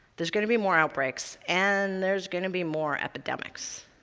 there's going to be more outbreaks, and there's going to be more epidemics.